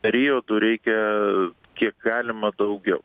periodu reikia kiek galima daugiau